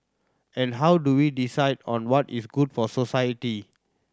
and how do we decide on what is good for society